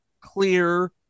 clear